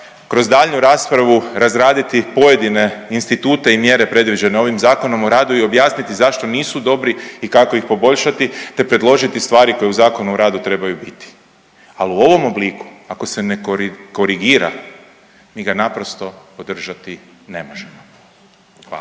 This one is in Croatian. kroz daljnju raspravu razraditi pojedine institute i mjere predviđene ovim ZOR-om i objasniti zašto nisu dobri i kako ih poboljšati te predložiti stvari koje u ZOR-u trebaju biti. Ali u ovom obliku, ako se ne korigira, mi ga naprosto podržati ne možemo. Hvala.